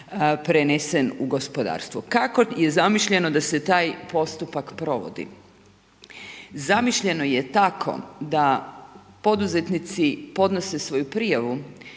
prenesen u gospodarstvu. Kako je zamišljeno da se taj postupak provodi. Zamišljeno je tako, da poduzetnici podnose svoju prijavu